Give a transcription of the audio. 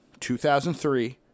2003